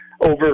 over